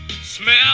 Smell